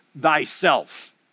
thyself